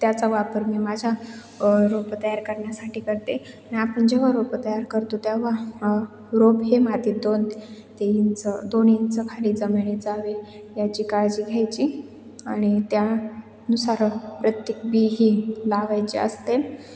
त्याचा वापर मी माझ्या रोपं तयार करण्यासाठी करते आपण जेव्हा रोपं तयार करतो तेव्हा रोप हे माती दोन ते इंचं दोन इंचं खाली जमिनीत जावे याची काळजी घ्यायची आणि त्यानुसार प्रत्येक बी ही लावायची असते